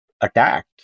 attacked